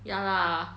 ya lah